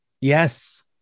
yes